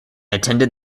attended